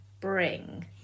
bring